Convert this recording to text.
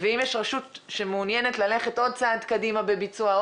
ואם יש רשות שמעוניינת ללכת עוד צעד קדימה בביצוע,